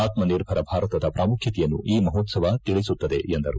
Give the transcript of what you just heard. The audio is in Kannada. ಆತ್ಮಿರ್ಭರ ಭಾರತದ ಪ್ರಾಮುಖ್ಯತೆಯನ್ನು ಈ ಮಹೋತ್ಸವ ತಿಳಿಸುತ್ತದೆ ಎಂದರು